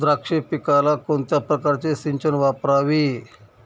द्राक्ष पिकाला कोणत्या प्रकारचे सिंचन वापरावे?